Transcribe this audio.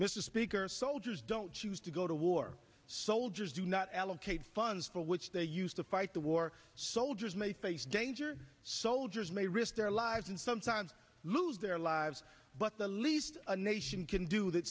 mr speaker soldiers don't choose to go to war soldiers do not allocate funds for which they used to fight the war soldiers may face danger soldiers may risk their lives and sometimes lose their lives but the least a nation can do that